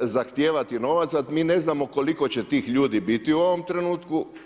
zahtijevati novac, a mi ne znamo koliko će tih ljudi biti u ovome trenutku.